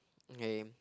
okay